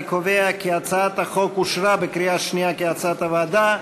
אני קובע כי הצעת החוק אושרה בקריאה שנייה כהצעת הוועדה.